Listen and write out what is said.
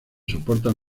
soportan